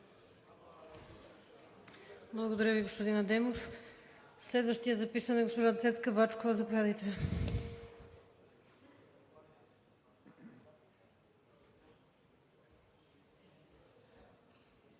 Благодаря Ви, господин Адемов. Следващият записан е госпожа Цецка Бачкова – заповядайте.